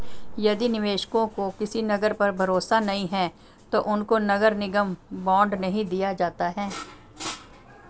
यदि निवेशकों को किसी नगर पर भरोसा नहीं है तो उनको नगर निगम बॉन्ड नहीं दिया जाता है